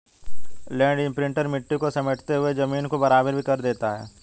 land imprinter मिट्टी को समेटते हुए जमीन को बराबर भी कर देता है